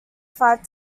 five